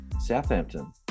Southampton